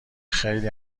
خیلی